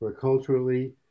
culturally